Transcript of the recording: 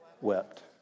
wept